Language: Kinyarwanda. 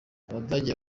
abadage